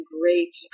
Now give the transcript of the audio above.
great